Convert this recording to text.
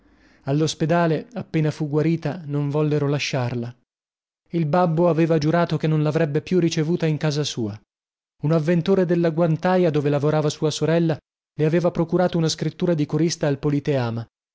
allospedale appena fu guarita non vollero lasciarla il babbo aveva giurato che non lavrebbe più ricevuta in casa sua un avventore della guantaia dove lavorava sua sorella le aveva procurato una scrittura di corista al politeama